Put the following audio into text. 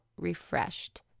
refreshed